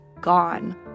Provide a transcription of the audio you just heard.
gone